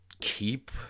keep